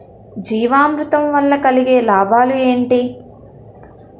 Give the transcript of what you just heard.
జీవామృతం వల్ల కలిగే లాభాలు ఏంటి?